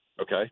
Okay